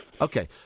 Okay